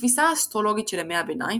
התפיסה האסטרולוגית של ימי הביניים